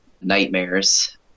nightmares